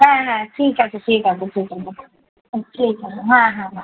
হ্যাঁ হ্যাঁ ঠিক আছে ঠিক আছে ঠিক আছে ঠিক আছে হ্যাঁ হ্যাঁ হ্যাঁ